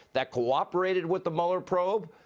that cooperated with the mueller probe?